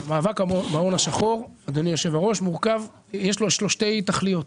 למאבק בהון השחור יש שתי תכליות.